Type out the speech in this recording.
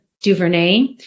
Duvernay